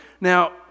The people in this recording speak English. Now